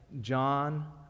John